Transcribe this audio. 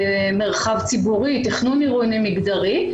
מרחב ציבורי, תכנון עירוני מגדרי.